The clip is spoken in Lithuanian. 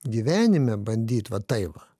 gyvenime bandyt va tai va